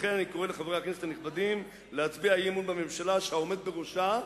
לכן אני קורא לחברי הכנסת הנכבדים להצביע אי-אמון בממשלה שהעומד בראשה,